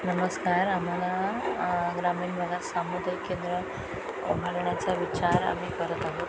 नमस्कार आम्हाला ग्रामीण भागात सामुदायिक केंद्र घालण्याचा विचार आम्ही करत आहोत